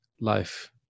life